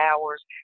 Hours